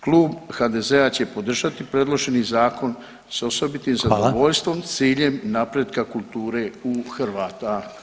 Klub HDZ-a će podržati predloženi zakon s osobitim [[Upadica Reiner: Hvala.]] zadovoljstvom s ciljem napretka u kulture u Hrvata.